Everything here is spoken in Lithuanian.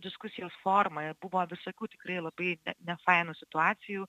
diskusijos forma ir buvo visokių tikrai labai nefainų situacijų